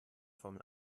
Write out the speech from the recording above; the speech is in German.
formel